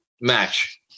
match